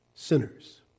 Sinners